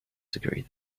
degree